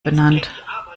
benannt